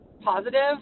positive